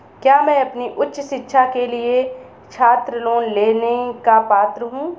क्या मैं अपनी उच्च शिक्षा के लिए छात्र लोन लेने का पात्र हूँ?